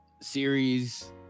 series